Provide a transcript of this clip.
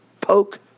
poke